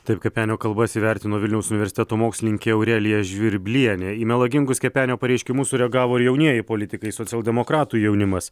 taip kepenio kalbas įvertino vilniaus universiteto mokslininkė aurelija žvirblienė į melagingus kepenio pareiškimus sureagavo ir jaunieji politikai socialdemokratų jaunimas